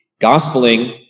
Gospeling